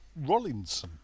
Rollinson